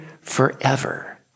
forever